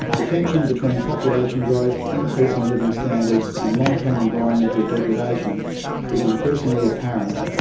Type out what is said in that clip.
the tension between population growth, increasing living standards and long-term environmental degradation is increasingly apparent.